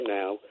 now